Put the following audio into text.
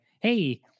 Hey